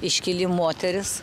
iškili moteris